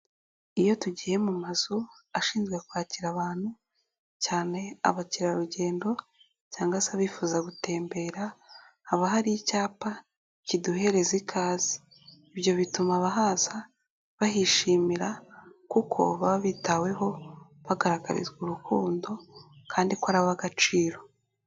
Iyo tugiye mu mazu ashinzwe kwakira abantu cyane abakerarugendo cyangwa se abifuza gutembera, haba hari icyapa kiduhereza ikaze, ibyo bituma abahaza bahishimira kuko baba bitaweho bagaragarizwa urukundo kandi ko ari ab'agaciro.